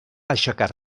aixecar